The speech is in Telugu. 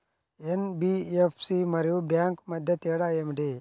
ఎన్.బీ.ఎఫ్.సి మరియు బ్యాంక్ మధ్య తేడా ఏమిటి?